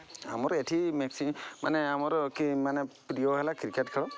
ଆମର ଏଠି ମାନେ ଆମର କି ମାନେ ପ୍ରିୟ ହେଲା କ୍ରିକେଟ୍ ଖେଳ